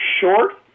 short